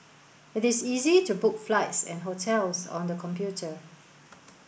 it is easy to book flights and hotels on the computer